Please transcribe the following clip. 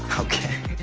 okay,